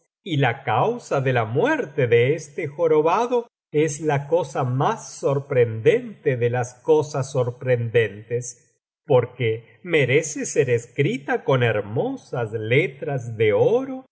y la causa de la muerte de este jorobado es la cosa más sorprendente de las cosas sorprendentes porque merece ser escrita con hermosas letras de oro